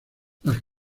las